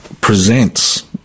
presents